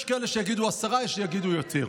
יש כאלה שיגידו 10%, יש כאלה שיגידו יותר.